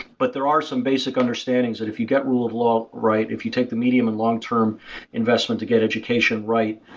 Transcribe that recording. but there are some basic understandings that if you get rule of law right, if you take the medium and long term investment to get education right,